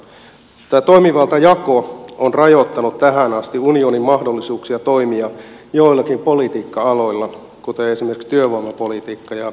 tämä toimivaltajako on rajoittanut tähän asti unionin mahdollisuuksia toimia joillakin politiikka aloilla kuten esimerkiksi työvoimapolitiikka ja sosiaalipolitiikka